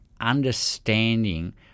understanding